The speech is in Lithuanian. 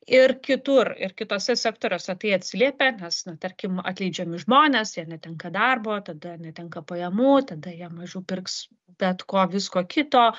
ir kitur ir kituose sektoriuose tai atsiliepia nes na tarkim atleidžiami žmonės jie netenka darbo tada netenka pajamų tada jie mažiau pirks bet ko visko kito